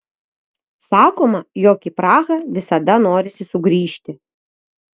sakoma jog į prahą visada norisi sugrįžti